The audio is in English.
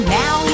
now